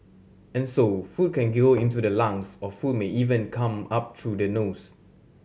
and so food can go into the lungs or food may even come up through the nose